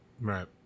Right